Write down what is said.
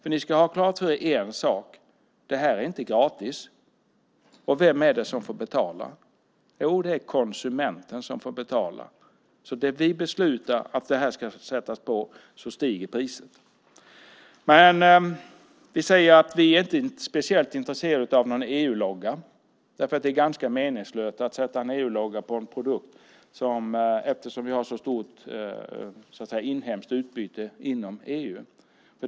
En sak ska ni ha klart för er: Det här är inte gratis. Vem är det som får betala? Jo, det är konsumenten. Beslutar vi att det ska märkas stiger priset. Vi är inte speciellt intresserade av någon EU-logga. Det är ganska meningslöst att sätta en EU-logga på en produkt eftersom vi har så stort inhemskt utbyte inom EU.